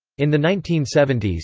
in the nineteen seventy s,